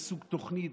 לסוג תוכנית,